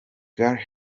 gary